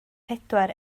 pedwar